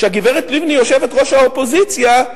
כשהגברת לבני יושבת-ראש האופוזיציה,